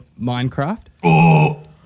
Minecraft